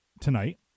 tonight